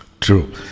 true